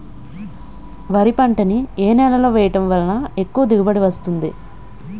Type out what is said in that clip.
వరి పంట ని ఏ నేలలో వేయటం వలన ఎక్కువ దిగుబడి వస్తుంది?